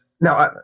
now